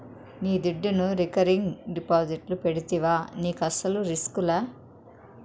నీ దుడ్డును రికరింగ్ డిపాజిట్లు పెడితివా నీకస్సలు రిస్కులా